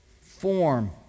form